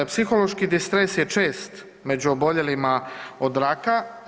Psihološki distres je čest među oboljelima od raka.